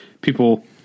people